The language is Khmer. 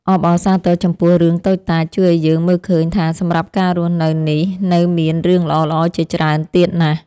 អបអរសាទរចំពោះរឿងតូចតាចជួយឱ្យយើងមើលឃើញថាសម្រាប់ការរស់នៅនេះនៅមានរឿងល្អៗជាច្រើនទៀតណាស់។